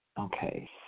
Okay